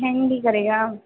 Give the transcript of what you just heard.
hang भी करेगा